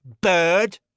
bird